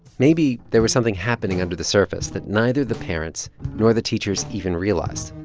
maybe there was something happening under the surface that neither the parents nor the teachers even realized